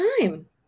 time